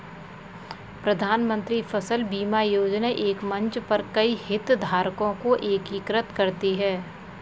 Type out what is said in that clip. प्रधानमंत्री फसल बीमा योजना एक मंच पर कई हितधारकों को एकीकृत करती है